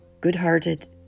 good-hearted